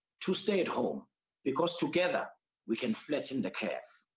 to stay at home because together we can flatten the curve.